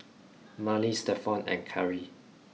Mallie Stephon and Khari